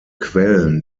quellen